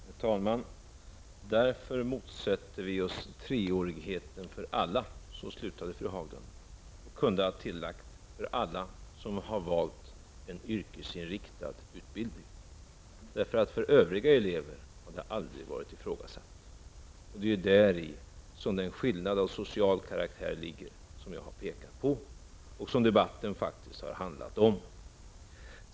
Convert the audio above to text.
Herr talman! Därför motsätter vi oss treårigheten för alla. Så avslutade fru Haglund sitt föregående inlägg. Hon kunde ha lagt till följande ord: för alla som har valt en yrkesinriktad utbildning. För övriga elever har det ju aldrig varit fråga om något i frågasättande. Det är däri som den skillnad av social karaktär ligger som jag har pekat på och som debatten faktiskt har handlat om.